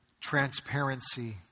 transparency